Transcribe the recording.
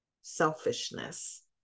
selfishness